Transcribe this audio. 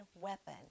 weapon